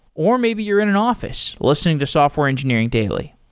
or maybe you're in an office listening to software engineering daily.